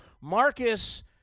Marcus